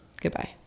goodbye